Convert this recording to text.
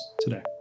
today